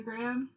Instagram